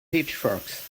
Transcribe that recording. pitchforks